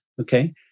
Okay